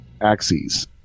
axes